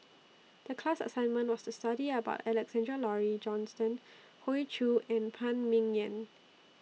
The class assignment was to study about Alexander Laurie Johnston Hoey Choo and Phan Ming Yen